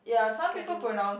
schedule